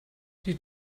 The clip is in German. die